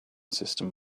system